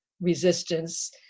resistance